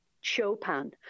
Chopin